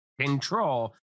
control